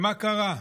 מה קרה?